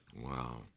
Wow